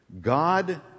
God